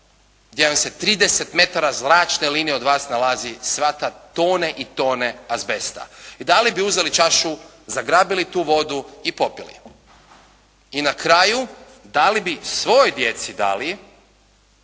gdje vam se 30 metara zračne linije od vas nalazi sva ta, tone i tone azbesta. I da li bi uzeli čašu, zagrabili tu vodu i popili. I na kraju da li bi svojoj djeci dali